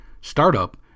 startup